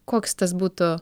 koks tas būtų